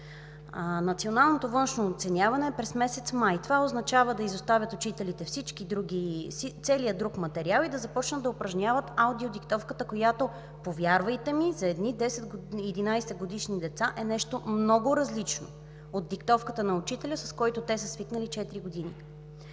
Националното външно оценяване е през месец май. Това означава учителите да изоставят целия друг материал и да започнат да упражняват аудиодиктовката, която, повярвайте ми, за едни 10 – 11-годишни деца е нещо много различно от диктовката на учителя, с който те са свикнали от четири